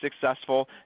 successful